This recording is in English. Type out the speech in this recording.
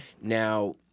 now